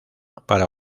para